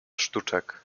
sztuczek